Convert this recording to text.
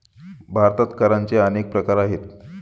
भारतात करांचे अनेक प्रकार आहेत